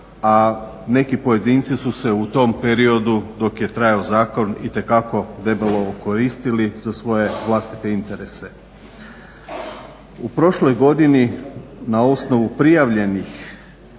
a neki pojedinci su se u tom periodu dok je trajao zakon itekako debelo okoristili za svoje vlastite interese. U prošloj godini na osnovu prijavljenih